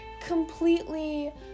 completely